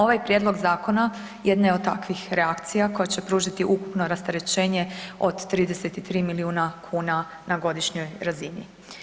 Ovaj prijedlog zakona jedna je od takvih reakcija koja će pružiti ukupno rasterećenje od 33 milijuna kuna na godišnjoj razini.